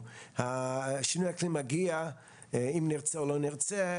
שינוי אקלים מגיע אם נרצה או לא נרצה,